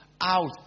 out